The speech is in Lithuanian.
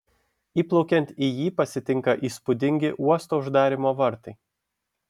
įplaukiant į jį pasitinka įspūdingi uosto uždarymo vartai